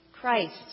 Christ